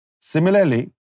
Similarly